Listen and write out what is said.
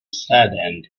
saddened